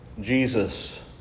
Jesus